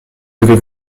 devez